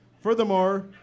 Furthermore